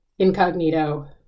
incognito